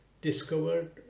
discovered